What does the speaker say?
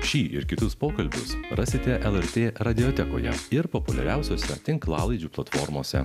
šį ir kitus pokalbius rasite lrt radijo tekoje ir populiariausiose tinklalaidžių platformose